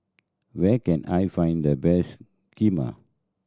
where can I find the best Kheema